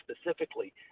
specifically